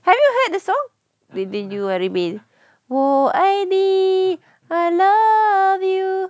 have you heard the song within you I remain 我爱你 I love you